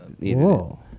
Whoa